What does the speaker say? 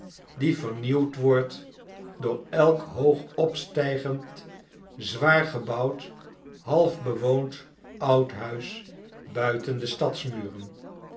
die vernieuwd wordt door elk hoog opstrjgend zwaar gebouwd half bewoond oud huis buiten de stadsmuren